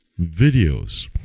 videos